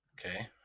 Okay